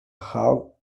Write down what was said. how